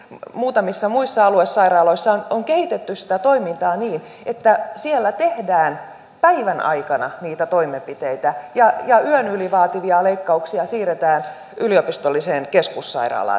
muutamissa muissa aluesairaaloissa on kehitetty sitä toimintaa niin että siellä tehdään päivän aikana niitä toimenpiteitä ja yön yli vaativia leikkauksia siirretään yliopistolliseen keskussairaalaan